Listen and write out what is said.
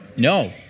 No